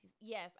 Yes